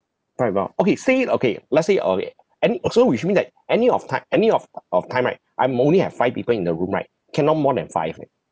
what about okay say if okay let's say uh any also which means that any of type any of of time right I'm only have five people in the room right cannot more than five leh